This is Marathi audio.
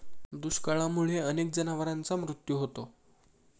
दुष्काळामुळे अनेक जनावरांचा मृत्यू होतो